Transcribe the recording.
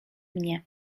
mnie